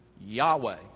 Yahweh